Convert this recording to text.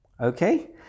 okay